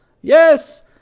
Yes